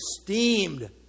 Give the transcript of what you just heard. esteemed